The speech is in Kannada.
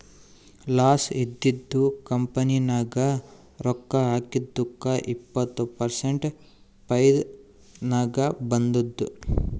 ಲಾಸ್ ಇದ್ದಿದು ಕಂಪನಿ ನಾಗ್ ರೊಕ್ಕಾ ಹಾಕಿದ್ದುಕ್ ಇಪ್ಪತ್ ಪರ್ಸೆಂಟ್ ಫೈದಾ ನಾಗ್ ಬಂದುದ್